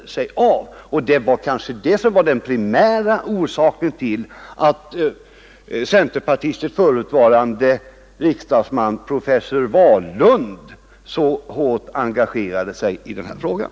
Det var kanske ——— —L det som var den primära orsaken till att centerpartiets förutvarande Anslag till statistisriksdagsman, professor Wahlund, så hårt engagerade sig i den här frågan.